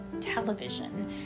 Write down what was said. television